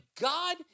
God